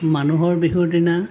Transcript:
মানুহৰ বিহুৰ দিনা